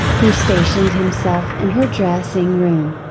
who stationed himself in her dressing room.